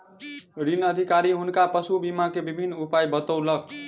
ऋण अधिकारी हुनका पशु बीमा के विभिन्न उपाय बतौलक